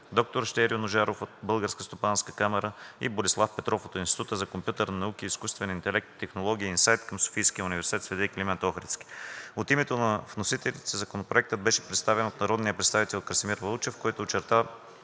доктор Щерьо Ножаров от Българската стопанска камара и Борислав Петров от Института за компютърни науки, изкуствен интелект и технологии – INSAIT, към СУ „Св. Климент Охридски“. От името на вносителите Законопроектът беше представен от народния представител Красимир Вълчев, който очерта